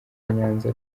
nyanza